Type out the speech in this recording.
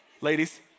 Ladies